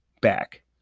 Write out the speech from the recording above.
back